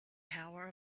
power